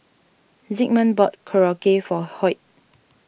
Zigmund bought Korokke for Hoyt